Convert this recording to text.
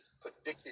predicted